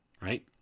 right